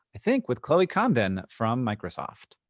i think, with chloe condon from microsoft.